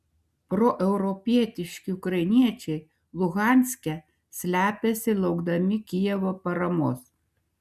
proeuropietiški ukrainiečiai luhanske slepiasi laukdami kijevo paramos